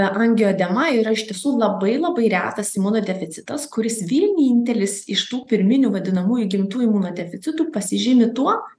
angioedema yra iš tiesų labai labai retas imunodeficitas kuris vienintelis iš tų pirminių vadinamų įgimtų imunodeficitų pasižymi tuo